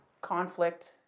conflict